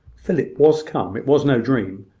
philip was come it was no dream.